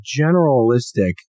generalistic